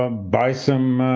um by some